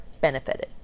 benefited